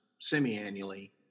semi-annually